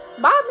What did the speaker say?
Bob